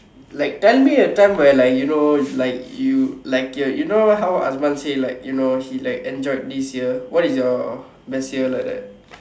like tell me a time where like you know like you like you're you know how Azman say like you know he like enjoyed this year what is your best year like that